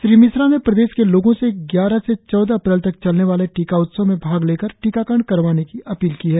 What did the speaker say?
श्री मिश्रा ने प्रदेश के लोगो से ग्यारह से चौदह अप्रैल तक चलने वाले टीका उत्सव में भाग लेकर टीकाकरण करवाने की अपील की है